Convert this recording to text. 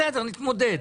בסדר, נתמודד.